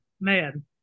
Man